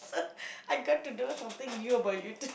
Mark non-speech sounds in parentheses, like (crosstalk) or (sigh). (laughs) I got to know something new about you too